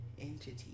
entity